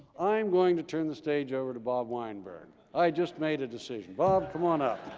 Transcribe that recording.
i'm going to turn the stage over to bob weinberg. i just made a decision. bob, come on up.